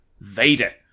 Vader